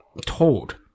told